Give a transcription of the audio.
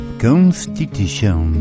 Constitution